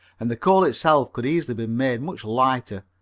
and the coal itself could easily be made much lighter,